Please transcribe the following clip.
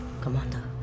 Commander